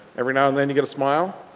every now and then you get a smile.